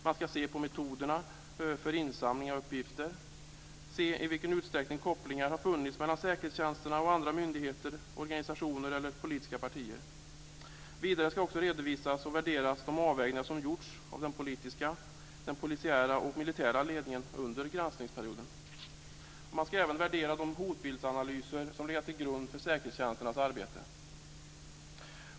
Man ska se på metoderna för insamling av uppgifter, se i vilken utsträckning kopplingar har funnits mellan säkerhetstjänsterna och andra myndigheter, organisationer eller politiska partier. Vidare ska också de avvägningar som har gjorts av den politiska, polisiära och militära ledningen under granskningsperioden redovisas och värderas. Man ska även värdera de hotbildsanalyser som legat till grund för säkerhetstjänsternas arbete.